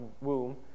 womb